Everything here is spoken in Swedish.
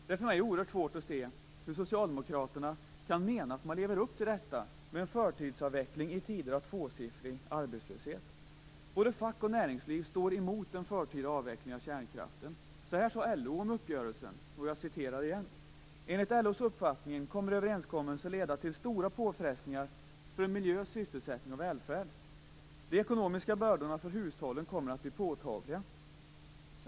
Det är för mig oerhört svårt att förstå hur Socialdemokraterna kan mena att man lever upp till detta med en förtida avveckling i tider med tvåsiffrig arbetslöshet. Både fack och näringsliv är emot en förtida avveckling av kärnkraften. Så här sade LO om uppgörelsen: Enligt LO:s uppfattning kommer överenskommelsen att leda till stora påfrestningar för miljö, sysselsättning och välfärd. De ekonomiska bördorna för hushållen kommer att bli påtagliga.